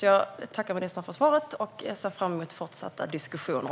Jag tackar ministern för svaret och ser fram emot fortsatta diskussioner!